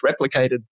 replicated